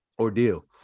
ordeal